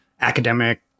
academic